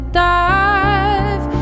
dive